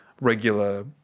regular